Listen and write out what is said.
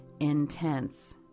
intense